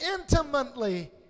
intimately